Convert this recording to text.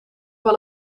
wel